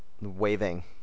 waving